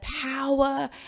power